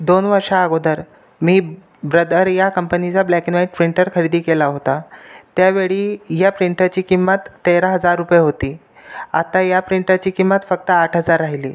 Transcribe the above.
दोन वर्षाअगोदर मी ब्रदर या कंपनीचा ब्लॅक अॅन व्हाईट प्रिंटर खरेदी केला होता त्यावेळी ह्या प्रिंटरची किंमत तेरा हजार रुपये होती आता या प्रिंटरची किंमत फक्त आठ हजार राहिली